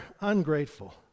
ungrateful